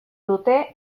dute